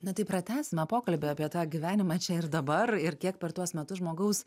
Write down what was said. na tai pratęsime pokalbį apie tą gyvenimą čia ir dabar ir kiek per tuos metus žmogaus